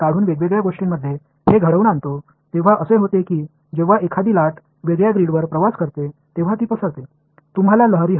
எனவே நான் இடத்தையும் நேரத்தையும் தனித்தனியாக வெட்டும்போது என்ன நடக்கிறது என்றால் ஒரு அலை ஒரு தனித்துவமான கட்டத்தில் பயணிக்கும்போது அது சிதறத் தொடங்குகிறது உங்களுக்கு அலை வேண்டும்